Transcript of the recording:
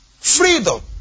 Freedom